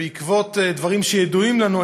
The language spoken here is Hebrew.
ובעקבות דברים שידועים לנו,